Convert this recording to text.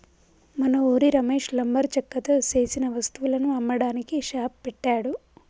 మన ఉరి రమేష్ లంబరు చెక్కతో సేసిన వస్తువులను అమ్మడానికి షాప్ పెట్టాడు